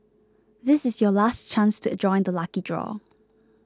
this is your last chance to join the lucky draw